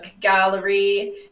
Gallery